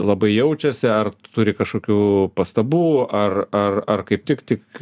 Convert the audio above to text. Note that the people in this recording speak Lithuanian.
labai jaučiasi ar turi kažkokių pastabų ar ar ar kaip tik tik